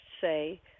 say